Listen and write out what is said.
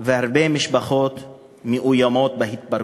והרבה משפחות מאוימות בהתפרקות.